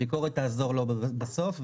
הביקורת תעזור לו בסוף.